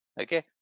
okay